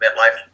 MetLife